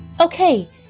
Okay